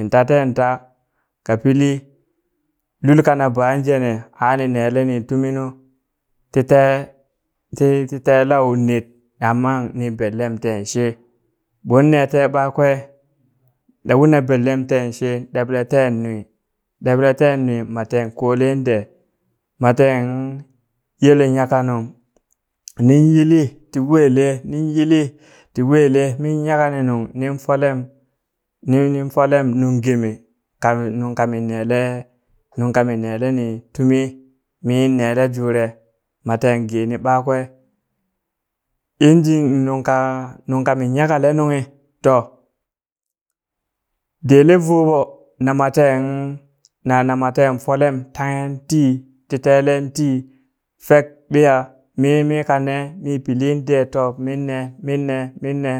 intaten ta ka pili lul kana ban jene ani nelini tuminu tite tite lau net amma ni benlem ten she ɓon nete ɓakwe na ur na belem ten she ɗeɓle ten nwi deble ten nwi maten kolen dee maten yele nyaka nung nin yili ti wele nin yili ti wele min nyaka nung nin folem nin folem nung geme kamin nung kamin nele nung kami nele ni tumi min nele jure maten geni ɓakwe engine nungka nungka min nyakale nunghi to dele voɓo na maten na na maten folem tanghe ti ti telen ti fek ɓiya mimi kane mi pilin ɗe top minne minne minne